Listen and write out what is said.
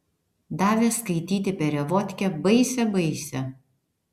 davė skaityti perevodkę baisią baisią